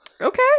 Okay